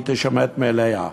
היא תישמט מאליה.